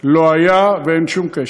לא היה ואין שום קשר.